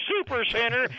Supercenter